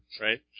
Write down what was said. Right